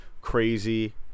crazy